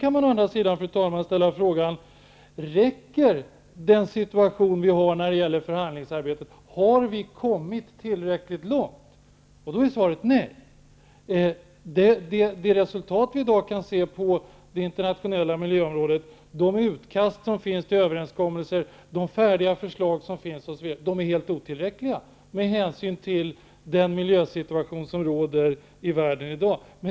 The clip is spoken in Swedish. Å andra sidan kan vi ställa frågan om den situation som råder i förhandlingsarbetet räcker. Har vi kommit tillräckligt långt? Då är svaret nej. De resultat som vi i dag kan se på det internationella miljöområdet, de utkast som finns till överenskommelser, de färdiga förslag som finns osv., är helt otillräckliga med hänsyn till den miljösituation som råder i världen i dag.